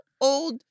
old